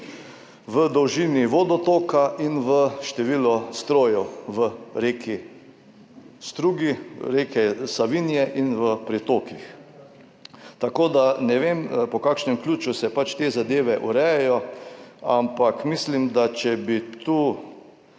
v dolžini vodotoka in v številu strojev v reki, strugi reke Savinje in v pritokih. Tako da ne vem, po kakšnem ključu se pač te zadeve urejajo, ampak mislim, da če bi tu